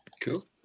Cool